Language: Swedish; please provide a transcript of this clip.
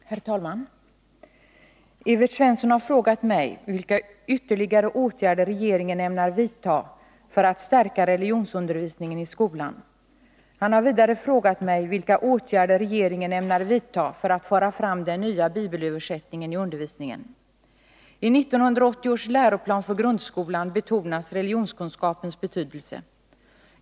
Herr talman! Evert Svensson har frågat mig vilka ytterligare åtgärder regeringen ämnar vidta för att stärka religionsundervisningen i skolan. Han att stärka religions att stärka religionsundervisningen i skolan har vidare frågat mig vilka åtgärder regeringen ämnar vidta för att föra fram den nya bibelöversättningen i undervisningen. I 1980 års läroplan för grundskolan betonas religionskunskapens betydelse.